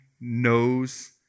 knows